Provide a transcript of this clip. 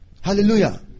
Hallelujah